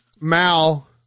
Mal